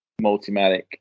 multimatic